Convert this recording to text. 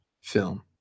film